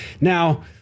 Now